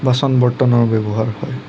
বাচন বৰ্তনৰ ব্যৱহাৰ হয়